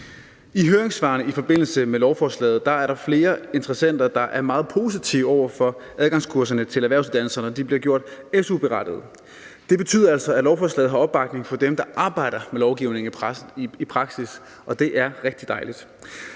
I høringssvarene i forbindelse med lovforslaget er der flere interessenter, der er meget positive over for, at adgangskurserne til erhvervsuddannelserne bliver gjort su-berettigede. Det betyder altså, at lovforslaget har opbakning fra dem, der arbejder med lovgivningen i praksis, og det er rigtig dejligt.